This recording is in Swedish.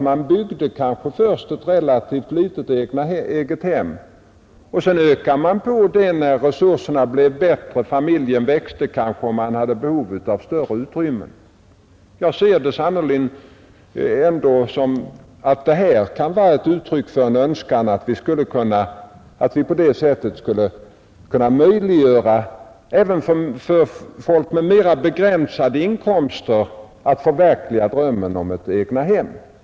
Man byggde först ett relativt litet egethem och sedan byggde man till det när resurserna blev bättre och familjen kanske växte och man fick behov av större utrymme. Jag hoppas också att vi på det sättet skall kunna möjliggöra även för folk med mera begränsade inkomster att förverkliga drömmen om ett egethem.